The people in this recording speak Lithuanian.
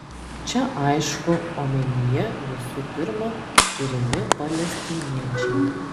čia aišku omenyje visų pirma turimi palestiniečiai